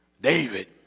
David